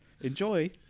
Enjoy